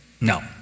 No